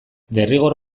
derrigor